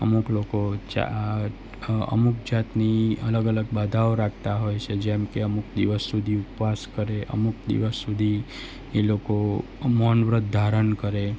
અમુક લોકો ચા અમુક જાતની અલગ અલગ બાધાઓ રાખતા હોય છે જેમ કે અમુક દિવસ સુધી ઉપવાસ કરે અમુક દિવસ સુધી એ લોકો મૌન વ્રત ધારણ કરે